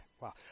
wow